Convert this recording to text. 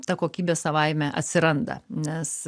ta kokybė savaime atsiranda nes